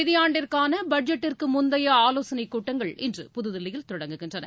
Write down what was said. நிதியாண்டிற்கானபட்ஜெட் க்குமுந்தையஆலோசனைகூட்டங்கள் வரும் இன்று புதுதில்லியில் தொடங்குகின்றன